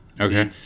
Okay